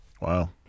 Wow